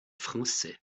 français